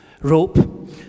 rope